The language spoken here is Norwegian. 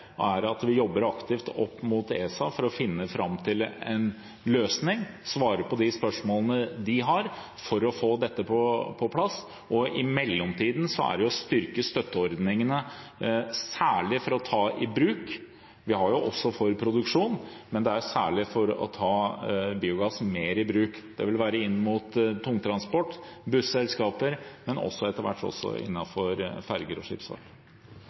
svar på det. Vi jobber aktivt opp mot ESA for å finne fram til en løsning og svare på spørsmålene de har, for å få dette på plass. I mellomtiden handler det om å styrke støtteordningene, også for produksjon, men særlig for å ta biogass mer i bruk. Det vil være inn mot tungtransport, busselskaper og også etter hvert ferger og skipsfart.